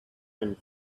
and